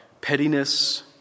pettiness